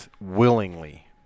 willingly